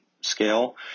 scale